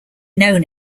known